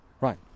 Right